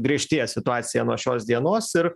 griežtėja situacija nuo šios dienos ir